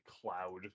cloud